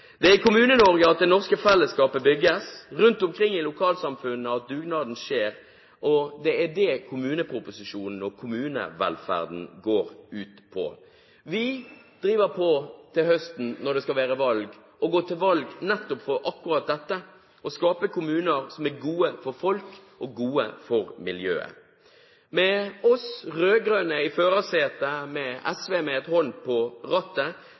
Det er i Kommune-Norge at det norske fellesskapet bygges og rundt omkring i lokalsamfunnene at dugnaden skjer. Det er det kommuneproposisjonen og kommunevelferden går ut på. Vi driver på til høsten når det skal være valg, og går til valg nettopp på akkurat dette: å skape kommuner som er gode for folk og gode for miljøet. Med oss rød-grønne i førersetet, med SV med en hånd på rattet,